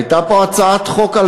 הייתה פה הצעת חוק על